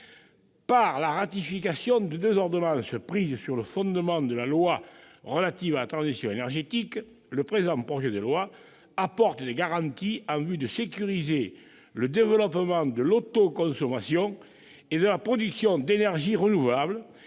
la ratification des deux ordonnances prises sur le fondement de la loi relative à la transition énergétique, le présent projet de loi apporte des garanties pour sécuriser le développement de l'autoconsommation et de la production d'énergies renouvelables.